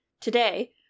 today